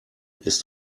ist